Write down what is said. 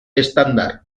estándar